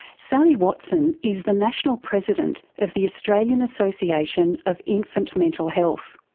sally watson is the national president of the australian association of infant mental health.